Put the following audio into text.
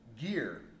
gear